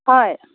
হয়